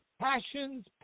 passion's